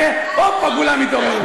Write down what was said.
תראה: הופה, כולם התעוררו.